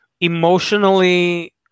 emotionally